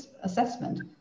assessment